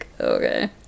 Okay